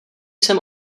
jsem